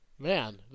Man